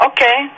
Okay